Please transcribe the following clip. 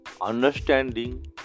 understanding